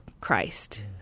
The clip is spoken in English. Christ